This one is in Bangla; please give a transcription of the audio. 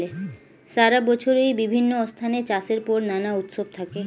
সারা বছরই বিভিন্ন স্থানে চাষের পর নানা উৎসব থাকে